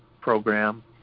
program